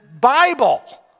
Bible